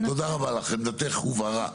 תודה רבה לך, עמדתך הובהרה.